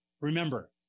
Remember